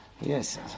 yes